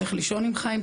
צריך לישון עם חיים,